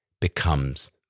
becomes